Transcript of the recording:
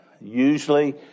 Usually